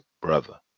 brother